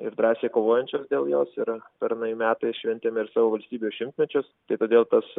ir drąsiai kovojančios dėl jos ir pernai metais šventėme ir savivaldybių šimtmečius tai todėl tas